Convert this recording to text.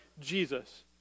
Jesus